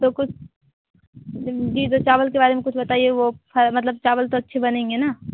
तो कुछ जी तो चावल के बारे में कुछ बताइए वह मतलब चावल तो अच्छे बनेंगे ना